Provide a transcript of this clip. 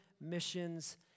missions